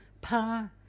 pa